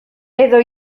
edo